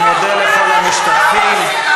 תפסיקי כבר, את, אני מודה לכל המשתתפים.